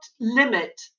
limit